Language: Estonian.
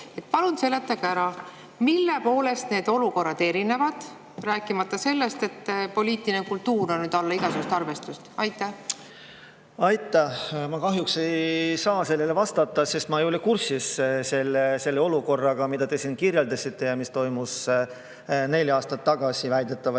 Palun seletage ära, mille poolest need olukorrad erinevad. Rääkimata sellest, et poliitiline kultuur on nüüd alla igasugust arvestust. Aitäh! Ma kahjuks ei saa sellele vastata, sest ma ei ole kursis selle olukorraga, mida te siin kirjeldasite, sellega, mis väidetavalt